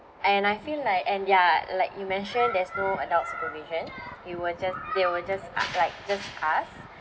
and I feel like and ya like you mentioned there's no adult supervision we were just there were just uh like just us